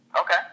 Okay